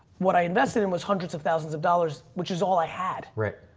what i invested in was hundreds of thousands of dollars, which is all i had